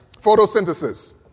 Photosynthesis